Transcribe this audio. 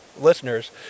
Listeners